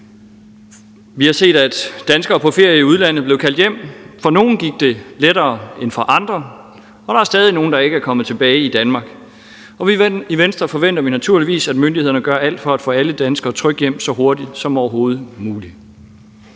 Vi har set, at danskere på ferie i udlandet blev kaldt hjem. For nogle gik det lettere end for andre, og der er stadig nogle, der ikke er kommet tilbage til Danmark. I Venstre forventer vi naturligvis, at myndighederne gør alt for få alle danskere trygt hjem så hurtigt som overhovedet muligt.